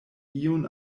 iun